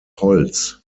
holz